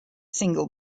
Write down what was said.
single